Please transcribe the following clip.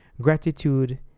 Gratitude